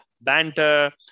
Banter